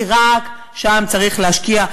כי רק שם צריך להשקיע.